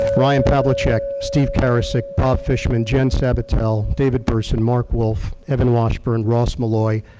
ryan pavlicek, steve karasik, bob fishman, jen sabatelle, david berson, mark wolff, evan washburn, ross molloy,